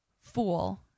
Fool